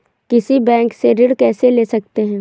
किसी बैंक से ऋण कैसे ले सकते हैं?